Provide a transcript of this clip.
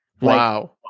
Wow